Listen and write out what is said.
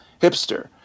Hipster